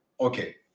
Okay